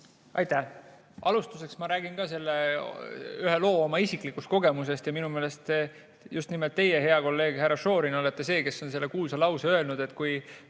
Aitäh! Alustuseks ma räägin ka ühe loo oma isiklikust kogemusest. Minu meelest just nimelt teie, hea kolleeg härra Šorin, olete see, kes on selle kuulsa lause öelnud, et kui